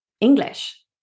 English